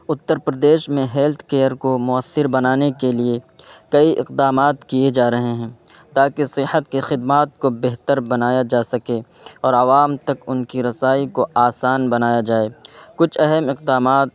اتر پردیش میں health care کو مؤثر بنانے کے لیے کئی اقدامات کیے جا رہے ہیں تاکہ صحت کی خدمات کو بہتر بنایا جا سکے اور عوام تک ان کی رسائی کو آسان بنایا جائے کچھ اہم اقدامات